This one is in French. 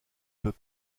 peut